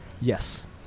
Yes